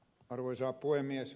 arvoisa puhemies